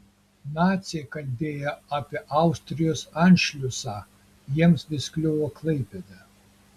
naciai kalbėjo apie austrijos anšliusą jiems vis kliuvo klaipėda